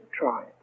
try